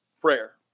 Prayer